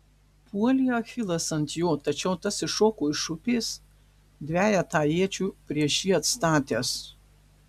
puolė achilas ant jo tačiau tas iššoko iš upės dvejetą iečių prieš jį atstatęs